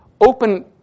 open